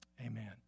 Amen